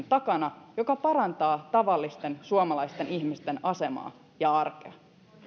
takana joka parantaa tavallisten suomalaisten ihmisten asemaa ja arkea